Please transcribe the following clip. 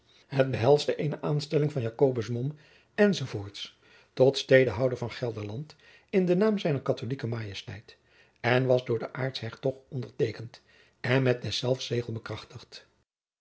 het behelsde eene aanstelling van jacobus mom enz tot stedehouder van gelderland in naam zijner katholike majesteit en was door den aartshertog onderteekend en met deszelfs zegel bekrachtigd